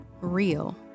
real